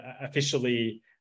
officially